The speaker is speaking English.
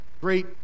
great